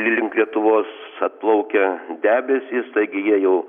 link lietuvos atplaukia debesys taigi jie jau